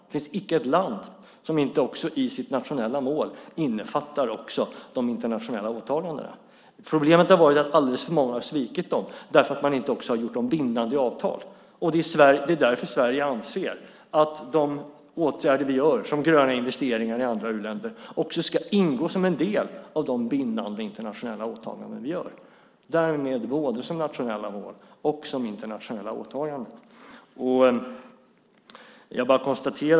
Det finns icke ett land som inte också i sitt nationella mål innefattar även de internationella åtagandena. Problemet har varit att alldeles för många svikit dessa därför att man inte träffat bindande avtal. Därför anser Sverige att de åtgärder vi vidtar, till exempel gröna investeringar i u-länder, också ska ingå som en del i våra bindande internationella åtaganden - därmed som både nationella mål och som internationella åtaganden.